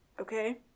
okay